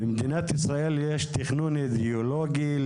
למדינת ישראל יש תכנון אידיאולוגי,